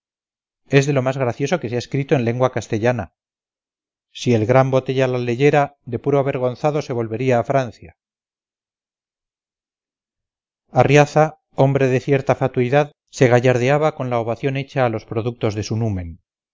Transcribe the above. es de lo más gracioso que se ha escrito en lengua castellana si el gran botella la leyera de puro avergonzado se volvería a francia arriaza hombre de cierta fatuidad se gallardeaba con la ovación hecha a los productos de su numen